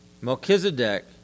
Melchizedek